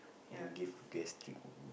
give gastric